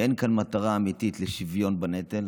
שאין כאן מטרה אמיתית לשוויון בנטל